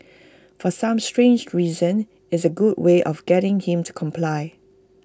for some strange reason it's A good way of getting him to comply